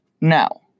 Now